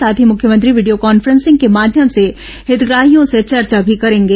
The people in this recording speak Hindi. साथ ही मुख्यमंत्री वीडियो कॉन्फ्रेंसिंग के माध्यम से हितग्राहियों से चर्चा भी करेंगे